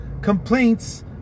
complaints